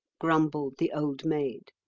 grumbled the old maid.